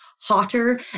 hotter